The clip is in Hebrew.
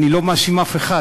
אני לא מאשים אף אחד,